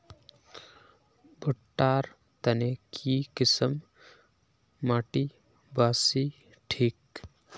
भुट्टा र तने की किसम माटी बासी ठिक?